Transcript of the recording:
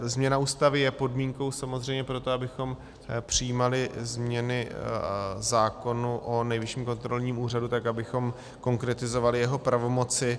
Změna Ústavy je podmínkou samozřejmě pro to, abychom přijímali změny zákona o Nejvyšším kontrolním úřadu tak, abychom konkretizovali jeho pravomoci.